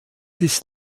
ist